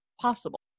possible